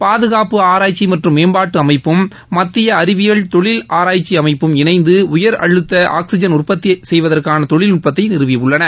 பாதுகாப்பு ஆராய்ச்சி மற்றும் மேம்பாட்டு அமைப்பும் மத்திய அறிவியல் தொழில் ஆராய்ச்சி அமைப்பும் இணைந்து உயர் அழுத்த ஆக்ஸிஜன் உற்பத்தி செய்வதற்கான தொழில்நுட்பத்தை நிறுவியுள்ளன